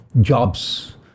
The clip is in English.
jobs